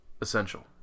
essential